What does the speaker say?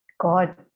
God